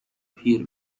پیر